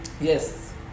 Yes